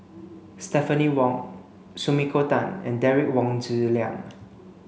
Stephanie Wong Sumiko Tan and Derek Wong Zi Liang